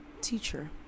teacher